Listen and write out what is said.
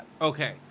Okay